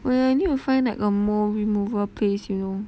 oh yeah I need to find like a mole removal place you know